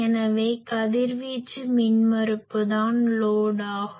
எனவே கதிர்வீச்சு மின்மறுப்புதான் லோட் ஆகும்